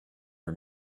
her